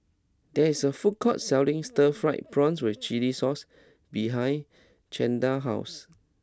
there is a food court selling Stir Fried Prawn with Chili Sauce behind Chantal's house